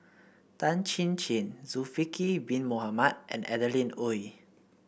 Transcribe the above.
Tan Chin Chin Bin Mohamed and Adeline Ooi